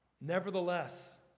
nevertheless